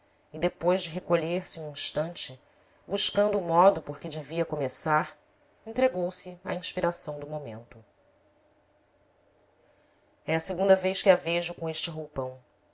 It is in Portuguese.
e depois de recolher-se um instante buscando o modo por que devia começar entregou-se à inspiração do momento é a segunda vez que a vejo com este roupão